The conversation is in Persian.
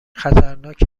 خطرناک